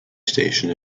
station